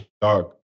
dog